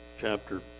chapter